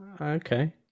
Okay